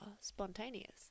spontaneous